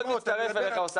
אני מאוד מצטרף אליך, אוסאמה.